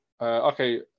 Okay